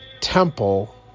temple